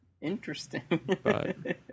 Interesting